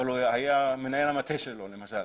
אבל הוא היה מנהל המטה שלו למשל,